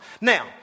Now